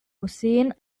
museen